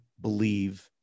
believe